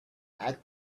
act